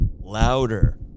louder